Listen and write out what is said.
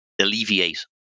alleviate